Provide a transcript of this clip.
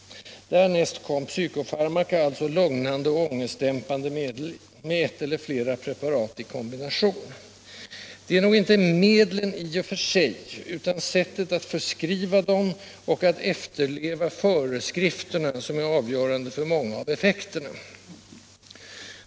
Därnäst kommer psykofarmaka, alltså lugnande och ångestdämpande medel, med ett eller flera preparat i kombination. Det är nog inte medlen i och för sig utan sättet att förskriva dem och att efterleva föreskrifterna som är avgörande när det gäller många av bieffekterna.